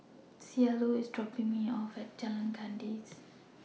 Cielo IS dropping Me off At Jalan Kandis